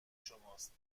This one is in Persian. شماست